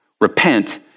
repent